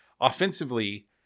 Offensively